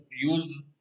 use